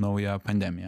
naują pandemiją